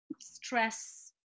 stress